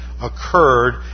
occurred